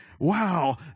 Wow